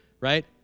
right